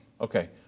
Okay